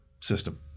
system